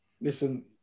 Listen